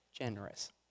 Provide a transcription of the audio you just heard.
generous